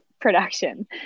production